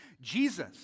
Jesus